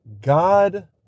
God